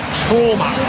trauma